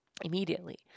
immediately